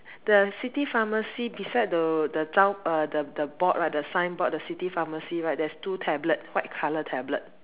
the city pharmacy beside the the 招: zhao err the the board right the signboard the city pharmacy right there's two tablet white color tablet